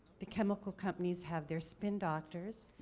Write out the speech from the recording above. the chemical companies have their spin doctors.